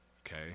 okay